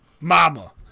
Mama